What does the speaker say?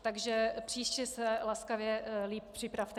Takže příště se laskavě líp připravte.